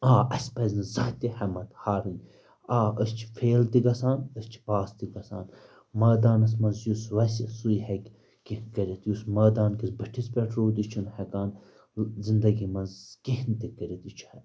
آ اَسہِ پَزِ نہٕ زانٛہہ تہِ ہٮ۪مت ہارٕنۍ آ أسۍ چھِ فیل تہِ گژھان أسۍ چھِ پاس تہِ گژھان مٲدانَس منٛز یُس وَسہِ سُے ہیٚکہِ کیٚنٛہہ کٔرِتھ یُس مٲدان کِس بٔٹھِس پٮ۪ٹھ روٗد یہِ چھُنہٕ ہٮ۪کان زِندگی منٛز کِہیٖنۍ تہِ کٔرِتھ یہِ چھُ